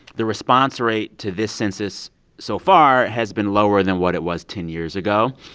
the response rate to this census so far has been lower than what it was ten years ago.